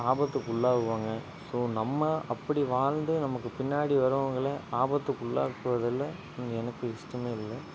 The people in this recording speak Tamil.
ஆபத்துக்குள்ளாகுவாங்க ஸோ நம்ம அப்படி வாழ்ந்த நமக்கு பின்னாடி வரவங்களை ஆபத்துக்குள்ளாக்குறதில் எனக்கு இஷ்டமே இல்லை